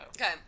Okay